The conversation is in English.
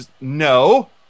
no